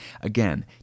Again